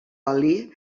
oli